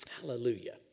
Hallelujah